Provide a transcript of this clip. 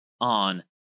on